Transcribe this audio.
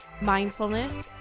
mindfulness